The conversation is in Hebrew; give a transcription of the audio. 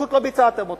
פשוט לא ביצעתם אותן,